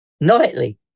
Nightly